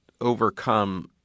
overcome